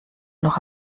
noch